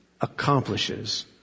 accomplishes